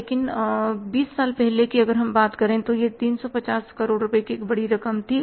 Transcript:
लगभग 20 साल पहले की अगर हम बात करें तो यह 350 करोड़ की बड़ी रकम थी